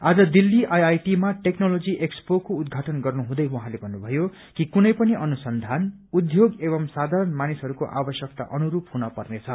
आज दिल्ली आइआइटी मा टेक्नोलोजी एक्सपोको उद्याटन गर्नुहुँदै उहाँले भन्नुभयो कि कुनै पनि अनुसन्यान उद्योग एवं साथारण मानिसहरूको आवश्यकता अनुस्रप हुन पर्नेछ